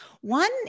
One